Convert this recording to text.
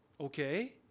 okay